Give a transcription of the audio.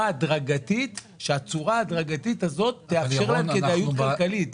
הדרגתית שהצורה ההדרגתית הזאת תאפשר לנו כדאיות כלכלית,